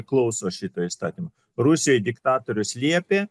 klauso šito įstatymo rusijoj diktatorius liepė